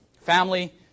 Family